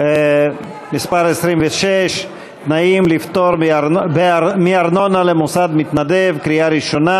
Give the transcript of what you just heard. (מס' 26) (תנאים לפטור מארנונה למוסד-מתנדב) הצבעה